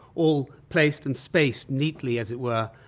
all placed and spaced neatly, as it were,